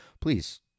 please